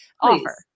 offer